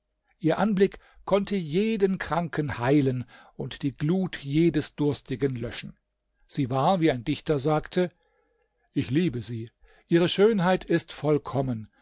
ihr anblick konnte jeden kranken heilen und die glut jedes durstigen löschen sie war wie ein dichter sagte ich liebe sie ihre schönheit ist vollkommen